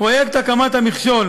פרויקט הקמת המכשול,